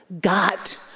got